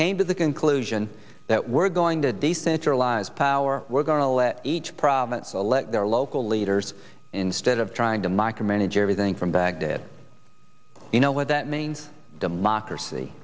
came to the conclusion that we're going to decentralize power we're going to let each province elect their local leaders instead of trying to micromanage everything from baghdad you know what that means democracy